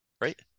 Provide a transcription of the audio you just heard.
Right